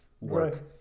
work